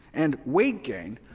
and weight gain,